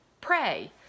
pray